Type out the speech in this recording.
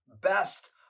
best